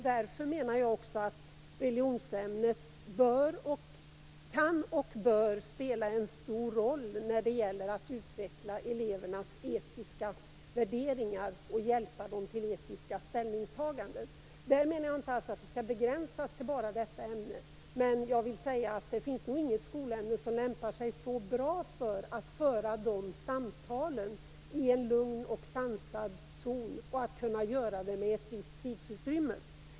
Därför kan och bör religionsämnet spela en stor roll när det gäller att utveckla elevernas etiska värderingar och hjälpa dem till etiska ställningstaganden. Det skall inte begränsas till detta ämne. Men det finns nog inget skolämne som lämpar sig så bra för sådana samtal i en lugn och sansad ton, med ett visst tidsutrymme.